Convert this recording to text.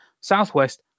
southwest